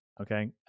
Okay